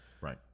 Right